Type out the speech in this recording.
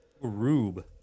Rube